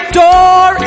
door